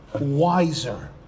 wiser